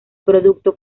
producto